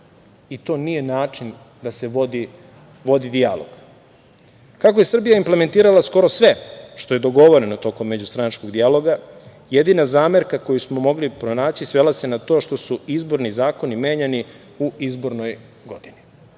i to nije način da se vodi dijalog. Kako je Srbija implementirala skoro sve što je dogovoreno tokom međustranačkog dijaloga, jedina zamerka koju smo mogli pronaći svela se na to što su izborni zakoni menjani u izbornoj godini.